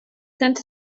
sent